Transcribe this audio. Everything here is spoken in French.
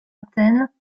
athènes